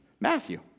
Matthew